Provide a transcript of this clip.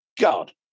God